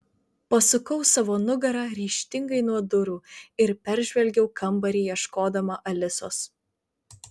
pasukau savo nugarą ryžtingai nuo durų ir peržvelgiau kambarį ieškodama alisos